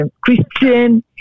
Christian